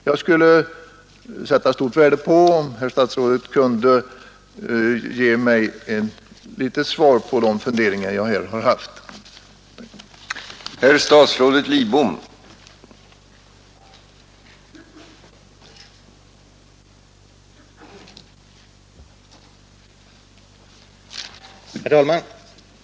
Jag skulle sätta stort värde på om herr statsrådet kunde ge mig ett svar på de funderingar som jag här har givit uttryck åt.